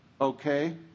okay